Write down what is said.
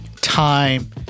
time